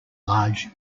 large